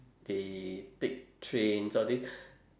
they take trains all this